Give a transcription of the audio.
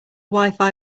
wifi